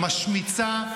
משמיצה,